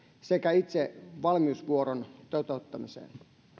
sekä itse valmiusvuoron toteuttamiseen